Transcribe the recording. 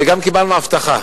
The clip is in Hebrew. וגם קיבלנו הבטחה